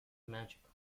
magical